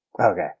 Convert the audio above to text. Okay